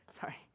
Sorry